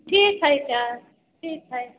ठीक हय तऽ ठीक हय